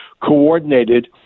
coordinated